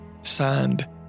signed